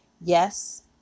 Yes